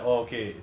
oh